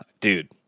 Dude